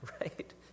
right